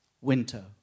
winter